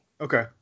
Okay